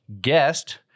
guest